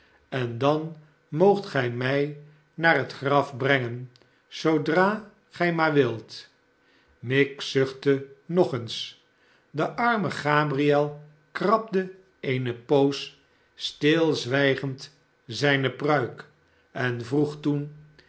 en dan moogt gij mij naar het graf brengen zoodra gij maar wilt miggs zuchtte nog eens de arme gabriel krabde eene poos stilzwijgend zijne pruik en vroeg toen